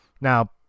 Now